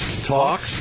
talk